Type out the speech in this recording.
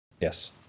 Yes